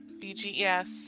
Bges